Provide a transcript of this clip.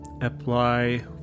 apply